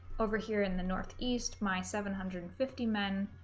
over here in the northeast my seven hundred and fifty men